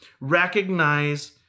recognize